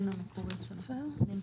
סעיף 13 לפקודת הטלגרף האלחוטי , התשל"ב-1972